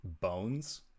bones